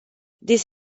this